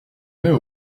mets